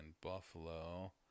Buffalo